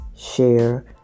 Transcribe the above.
share